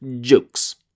jokes